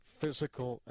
physical